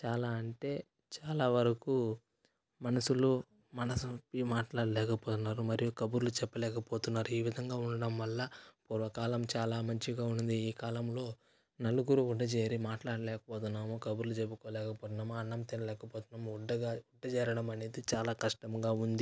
చాలా అంటే చాలా వరకు మనుషులు మనసు విప్పి మాట్లాడలేకపోతున్నారు మరియు కబుర్లు చెప్పలేకపోతున్నారు ఈ విధంగా ఉండడం వల్ల పూర్వకాలం చాలా మంచిగా ఉంది ఈ కాలంలో నలుగురు ఉండ చేరే మాట్లాడలేకపోతున్నాము కబుర్లు చెప్పలేకపోతున్నాము అన్నం తినలేకపోతున్నాము ఉండగా చేరడం అనేది చాలా కష్టముగా ఉంది